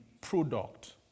product